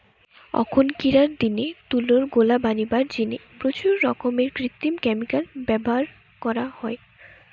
অখনকিরার দিনে তুলার গোলা বনিবার জিনে প্রচুর রকমের কৃত্রিম ক্যামিকাল ব্যভার করা হয়